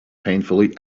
painfully